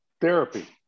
therapy